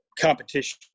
competition